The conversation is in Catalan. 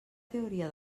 teoria